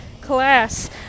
class